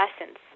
essence